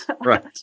right